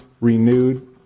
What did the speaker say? renewed